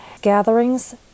Gatherings